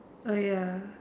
uh ya